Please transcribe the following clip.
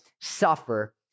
suffer